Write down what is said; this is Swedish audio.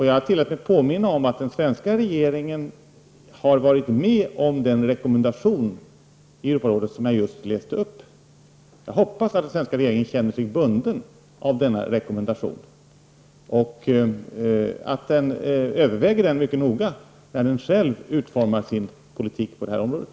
Jag tillät mig påminna om att den svenska regeringen har varit med om den rekommendation i Europarådet som jag just refererade till. Jag hoppas att den svenska regeringen känner sig bunden av denna rekommendation och att den överväger den mycket noga när den själv utformar sin politik på det här området.